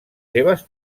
seves